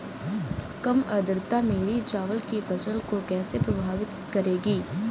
कम आर्द्रता मेरी चावल की फसल को कैसे प्रभावित करेगी?